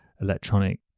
electronic